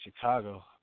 Chicago